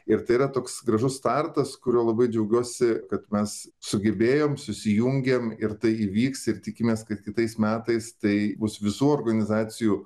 ir tai yra toks gražus startas kuriuo labai džiaugiuosi kad mes sugebėjom susijungėm ir tai įvyks ir tikimės kad kitais metais tai bus visų organizacijų